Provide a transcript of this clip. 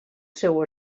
seu